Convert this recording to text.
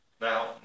Now